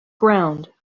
ground